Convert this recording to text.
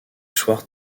soir